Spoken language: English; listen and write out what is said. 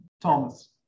Thomas